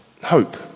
hope